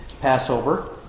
Passover